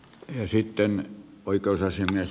se on todella harvinaista